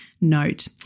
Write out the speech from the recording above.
note